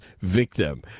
victim